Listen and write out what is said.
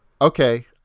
okay